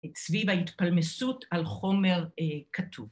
‫סביב ההתפלמסות על חומר כתוב.